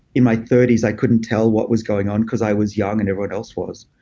in my thirty s, i couldn't tell what was going on because i was young and everyone else was.